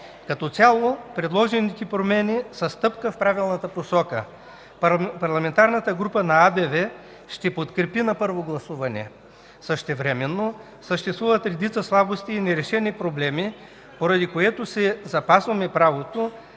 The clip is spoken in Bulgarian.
Като цяло предложените промени са стъпка в правилната посока. Парламентарната група на АБВ ще ги подкрепи на първо гласуване. Същевременно съществуват редица слабости и нерешени проблеми, поради което си запазваме правото